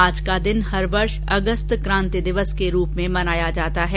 आज का दिन हर वर्ष अगस्त क्रांति दिवस के रूप में मनाया जाता है